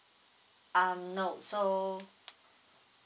um no so